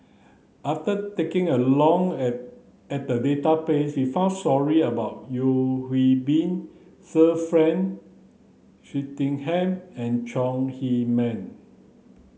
after taking a long at at the database we found stories about Yeo Hwee Bin Sir Frank Swettenham and Chong Heman